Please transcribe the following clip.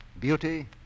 Beauty